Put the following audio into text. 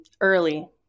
early